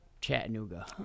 Chattanooga